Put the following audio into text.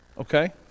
Okay